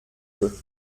jeu